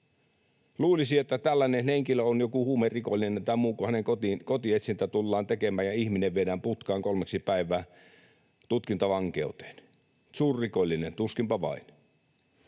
Luulisi, että tällainen henkilö on joku huumerikollinen tai muu, kun hänen kotiinsa kotietsintä tullaan tekemään ja ihminen viedään putkaan kolmeksi päivää, tutkintavankeuteen. Suurrikollinen? Tuskinpa vain.